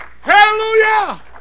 hallelujah